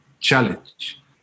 challenge